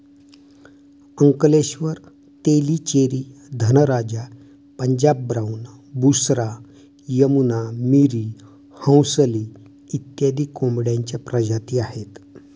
Ankleshwar, Tellicherry, Dhanraja, Punjab brown, Busra, Yamuna, Miri, Hansli इत्यादी कोंबड्यांच्या प्रजाती आहेत